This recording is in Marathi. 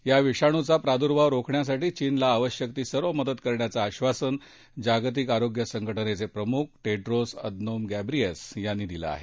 या विषाणूचा प्रादुर्भाव रोखण्यासाठी चीनला आवश्यक ती सर्व मदत करण्याचं आश्वासन जागतिक आरोग्य संघटनेचे प्रमुख टेड्रोस अदनोम गॅब्रियस यांनी दिलं आहे